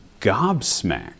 gobsmacked